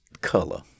color